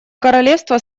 королевство